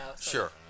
sure